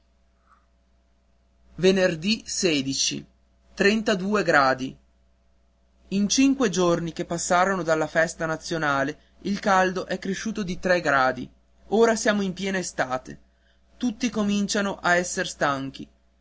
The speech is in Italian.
e io a gradi dì n cinque giorni che passarono dalla festa nazionale il caldo è cresciuto di tre gradi ora siamo in piena estate tutti cominciano a essere stanchi